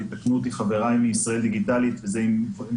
ויתקנו אותי חברי מ”ישראל דיגיטלית” אם הם